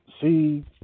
see